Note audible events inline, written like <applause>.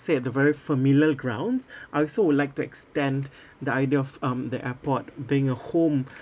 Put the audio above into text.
said at the very familiar grounds <breath> I also would like to extend <breath> the idea of um the airport being a home <breath>